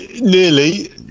Nearly